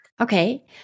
Okay